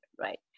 right